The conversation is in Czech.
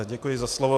Děkuji za slovo.